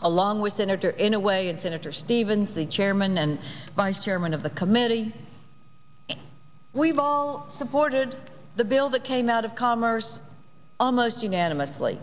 along with senator in a way and senator stevens the chairman and vice chairman of the committee we've all supported the bill that came out of commerce almost unanimously